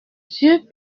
yeux